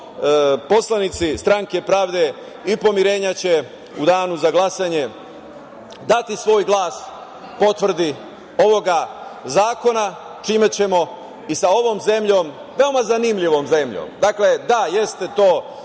Poslanici Stranke pravde i pomirenja, će u danu za glasanje dati svoj glas potvrdi ovog zakona, čime ćemo i sa ovom zemljom, veoma zanimljivom zemljom, da jeste to